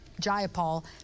Jayapal